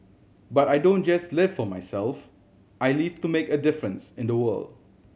but I don't just live for myself I live to make a difference in the world